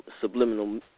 subliminal